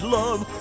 love